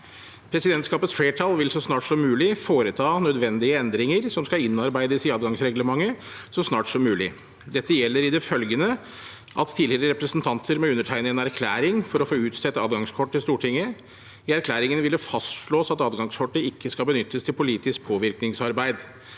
Presidentskapets flertall vil så snart som mulig foreta nødvendige endringer som skal innarbeides i adgangsreglementet så snart som mulig. Dette gjelder i det følgende: – Tidligere representanter må undertegne en erklæring for å få utstedt adgangskort til Stortinget. I erklæringen vil det fastslås at adgangskortet ikke skal benyttes til politisk påvirkningsarbeid.